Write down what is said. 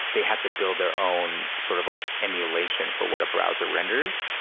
they had to build their own sort of like emulation for what a browser renders.